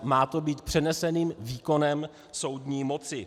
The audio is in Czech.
Má to být přeneseným výkonem soudní moci.